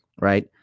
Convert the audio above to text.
right